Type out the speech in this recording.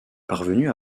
parvenue